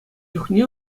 чухне